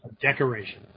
Decoration